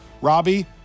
Robbie